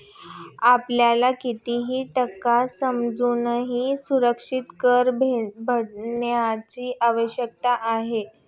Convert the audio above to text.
आपल्याला किती टक्के सामाजिक सुरक्षा कर भरण्याची आवश्यकता आहे?